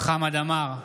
חמד עמאר,